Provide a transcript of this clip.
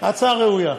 ההצעה ראויה.